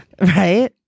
Right